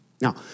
Now